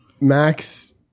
Max